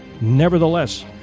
Nevertheless